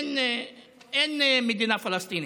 אין מדינה פלסטינית,